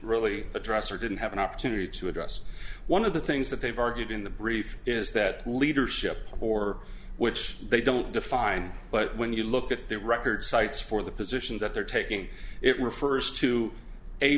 really address or didn't have an opportunity to address one of the things that they've argued in the brief is that leadership or which they don't define but when you look at their record cites for the position that they're taking it refers to a